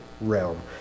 realm